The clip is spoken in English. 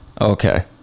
Okay